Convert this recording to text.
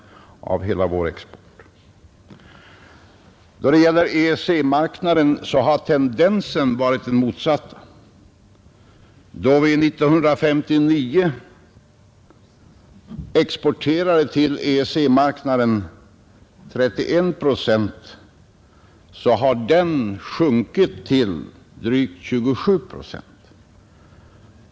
Då det gäller EEC:s marknad har tendensen varit den motsatta enär vi 1959 till EEC-marknaden exporterade 31 procent medan andelen sjunkit till drygt 27 procent.